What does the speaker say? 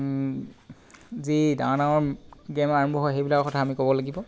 যি ডাঙৰ ডাঙৰ গে'ম আৰম্ভ হয় সেইবিলাকৰ কথা আমি ক'ব লাগিব